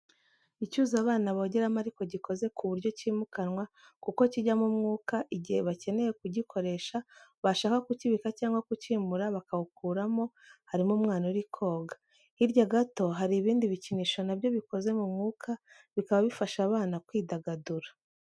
Icyuzi abana bogeramo ariko gikoze ku buryo cyimukanwa kuko kiijyamo umwuka igihe bakeneye kugikoresha bashaka kukibika cyangwa kukimura bakawukuramo harimo umwana uri koga. Hirya gato hari ibindi bikinisho na byo bikoze mu mwuka bikaba bifasha abana kwidagadura.